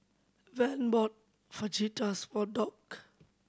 Van bought Fajitas for Dock